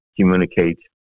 communicates